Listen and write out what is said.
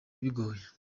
bigoye